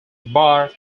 bar